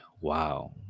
wow